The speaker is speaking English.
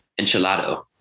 enchilado